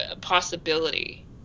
possibility